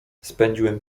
spędziłem